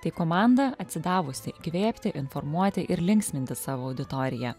tai komanda atsidavusi įkvėpti informuoti ir linksminti savo auditoriją